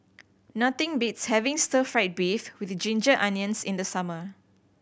nothing beats having stir fried beef with ginger onions in the summer